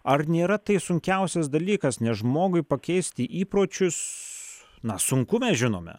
ar nėra tai sunkiausias dalykas nes žmogui pakeisti įpročius na sunku mes žinome